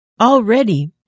already